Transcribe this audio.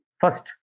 first